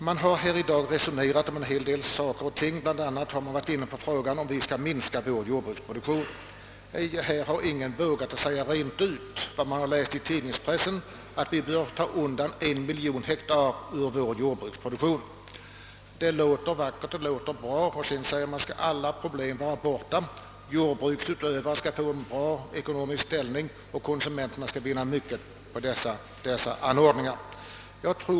Det har i dag resonerats en hel del, och man har bl.a. varit inne på frågan om huruvida vår jordbruksproduktion skall minskas. Ingen har vågat säga rent ut vad som kunnat läsas i tidningspressen, nämligen att vi med en miljon hektar bör minska vår jordbruksproduktion. Och sedan menar man att alla problem skall vara borta. Jordbruksutövare skall få en god ekonomisk ställning och vinna mycket på dessa anordningar.